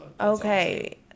okay